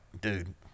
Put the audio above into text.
dude